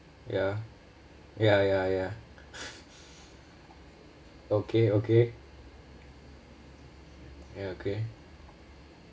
ya ya ya ya okay okay ya okay